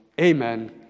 amen